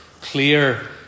clear